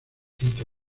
tito